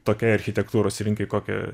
tokiai architektūros rinkai kokią